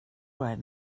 right